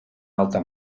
alta